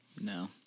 No